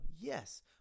Yes